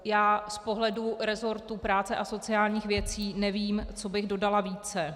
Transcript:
Z pohledu resortu práce a sociálních věcí nevím, co bych dodala více.